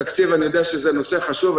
תקציב אני יודע שזה נושא חשוב.